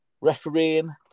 Refereeing